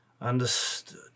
Understood